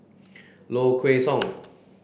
Low Kway Song